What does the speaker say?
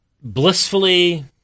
blissfully